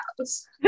house